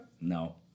No